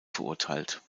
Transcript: verurteilt